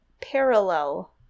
parallel